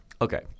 Okay